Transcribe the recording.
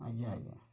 ଆଜ୍ଞା ଆଜ୍ଞା